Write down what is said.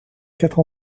quatre